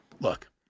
Look